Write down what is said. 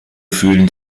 fühlen